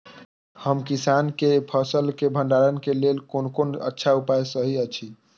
हम किसानके फसल के भंडारण के लेल कोन कोन अच्छा उपाय सहि अछि?